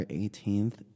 18th